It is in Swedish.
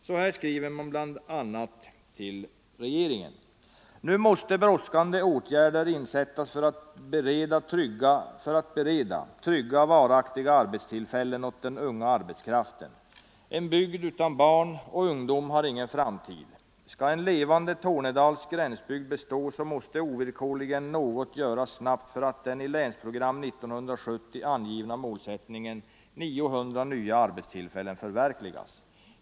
Så här skriver Övertorneås kommunalt ansvariga bl.a.: ”Nu måste brådskande åtgärder insättas för att bereda trygga, varaktiga arbetstillfällen åt den unga arbetskraften. En bygd utan barn och ungdom har ingen framtid. Skall en levande tornedalsk gränsbygd bestå så måste ovillkorligen något göras snabbt för att den i Länsprogram 1970 angivna målsättningen 900 nya arbetstillfällen förverkligas.